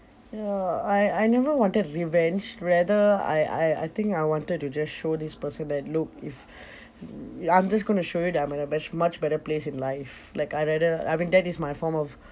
ya I I never wanted revenge rather I I I think I wanted to just show this person that look if mm ya I'm just going to show you that I'm in a much much better place in life like I rather I mean that is my form of